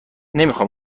نمیخام